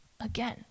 Again